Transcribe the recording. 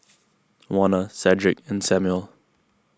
Warner Cedrick and Samuel